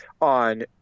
on